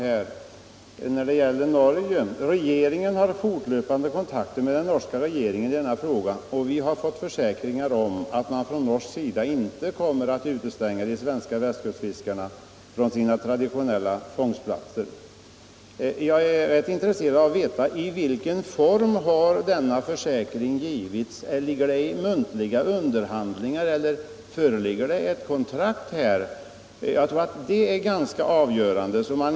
Där sade han: ”Regeringen har fortlöpande kontakter med den norska regeringen i denna fråga, och vi har fått försäkringar om att man från norsk sida inte kommer att utestänga de svenska västkustfiskarna från deras traditionella fångstplatser i Nordsjön.” Jag är intresserad av att veta i vilken form sådana försäkringar givits. Har de lämnats vid muntliga underhandlingar, eller föreligger här ett kontrakt? Jag tror att det är ganska viktigt att vi får veta bakgrunden till detta.